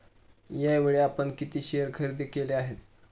यावेळी आपण किती शेअर खरेदी केले आहेत?